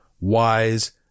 wise